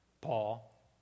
Paul